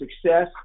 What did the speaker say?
success